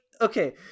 okay